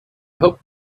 hoped